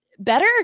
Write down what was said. Better